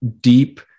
deep